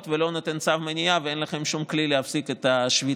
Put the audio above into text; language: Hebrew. ולא נותן צו מניעה ואין לכם שום כלי להפסיק את השביתה.